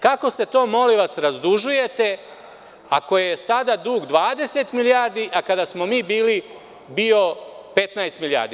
Kako se to, molim vas, razdužujete, ako je sada dug 20 milijardi, a kada smo mi bili bio 15 milijardi?